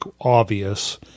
obvious